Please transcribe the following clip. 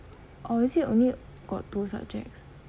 or is it only got two subjects